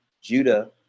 Judah